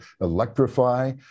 electrify